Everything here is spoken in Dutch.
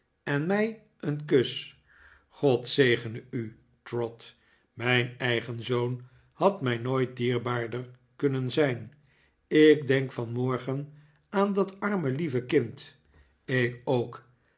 en mij een kus god zegene u trot mijn eigen zoon had mij nooit dierbaarder kunnen zijn ik denk vanmorgen aan dat arjme lieve kind ik ook